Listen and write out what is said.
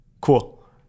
cool